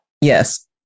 Yes